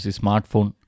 smartphone